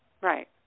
Right